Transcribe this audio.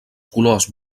colors